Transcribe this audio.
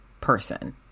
person